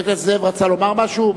חבר הכנסת זאב, רצה לומר משהו?